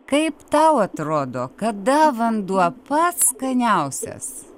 kaip tau atrodo kada vanduo pats skaniausias